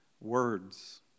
Words